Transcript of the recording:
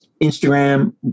Instagram